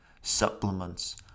supplements